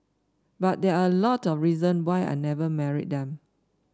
but there are a lot of reason why I never married them